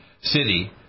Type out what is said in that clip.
city